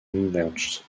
enlarged